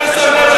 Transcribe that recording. אני שמתי לב.